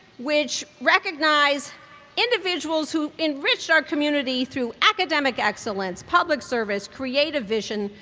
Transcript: which recognize individuals who enriched our community through academic excellence, public service, creative vision,